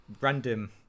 random